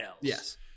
Yes